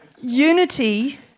Unity